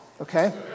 Okay